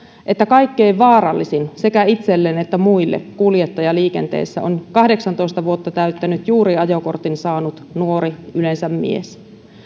että kaikkein vaarallisin sekä itselleen että muille kuljettaja liikenteessä on kahdeksantoista vuotta täyttänyt juuri ajokortin saanut nuori yleensä mies